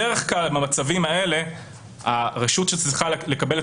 בדרך כלל במצבים האלה הרשות שצריכה לקבל את